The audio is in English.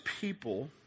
people